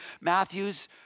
Matthew's